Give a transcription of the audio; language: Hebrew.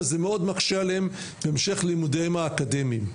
אבל זה מאוד מקשה עליהם להמשך לימודיהם האקדמיים.